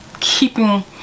keeping